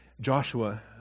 Joshua